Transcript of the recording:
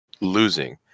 losing